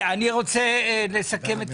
אני רוצה לסכם את